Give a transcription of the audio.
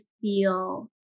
feel